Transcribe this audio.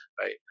right